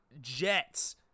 Jets